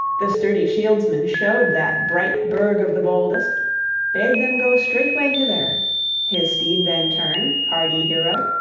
the sturdy shieldsman showed that bright burg-of-the-boldest bade them go straightway thither his steed then turned, hardy hero,